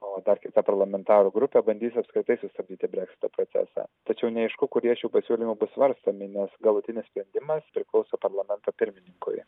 o dar kita parlamentarų grupė bandys apskritai sustabdyti breksito procesą tačiau neaišku kurie šių pasiūlymų bus svarstomi nes galutinis sprendimas priklauso parlamento pirmininkui